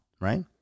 right